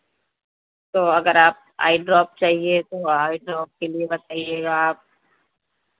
तो अगर आप आई ड्रॉप चहिए तो आई ड्रॉप के लिए बताइएगा आप